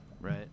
Right